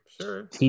sure